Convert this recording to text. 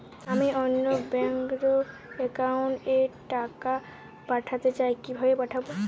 আমি অন্য ব্যাংক র অ্যাকাউন্ট এ টাকা পাঠাতে চাই কিভাবে পাঠাবো?